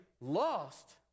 lost